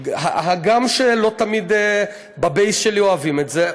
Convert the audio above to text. הגם שלא תמיד ב-base שלי אוהבים את זה.